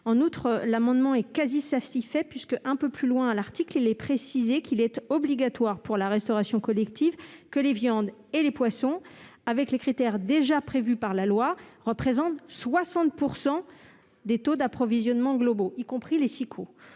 En outre, l'amendement est quasi satisfait, puisque l'article prévoit, un peu plus loin, qu'il est obligatoire pour la restauration collective que les viandes et les poissons, avec les critères déjà prévus par la loi, représentent 60 % des taux d'approvisionnement globaux, y compris les SIQO.